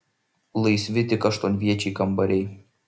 laisvi tik aštuonviečiai kambariai